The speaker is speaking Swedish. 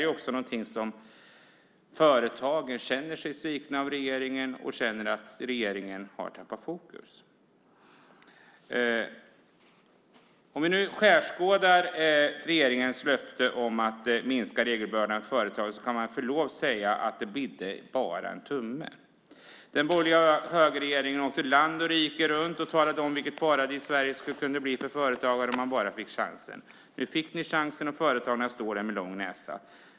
Företagen känner sig svikna av regeringen och känner att regeringen har tappat fokus. Om vi skärskådar regeringens löfte om att minska regelbördan för företagen, "bidde" det med förlov sagt bara en tumme. Den borgerliga högerregeringen åkte land och rike runt och talade om vilket paradis Sverige skulle kunna bli för företagare om man bara fick chansen. Nu fick ni chansen, och företagarna står där med lång näsa.